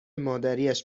مادریاش